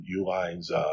Uline's